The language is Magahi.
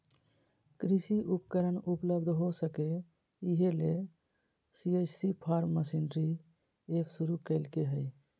कृषि उपकरण उपलब्ध हो सके, इहे ले सी.एच.सी फार्म मशीनरी एप शुरू कैल्के हइ